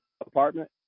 apartment